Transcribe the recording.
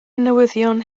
newyddion